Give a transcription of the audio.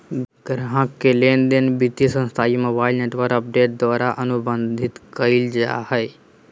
ग्राहक के लेनदेन वित्तीय संस्थान या मोबाइल नेटवर्क ऑपरेटर द्वारा अनुबंधित कइल जा हइ